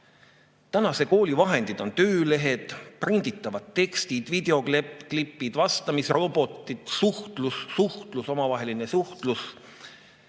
Tänase kooli vahendid on töölehed, prinditavad tekstid, videoklipid, vastamisrobotid ning suhtlus, suhtlus, omavaheline suhtlus.